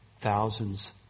thousands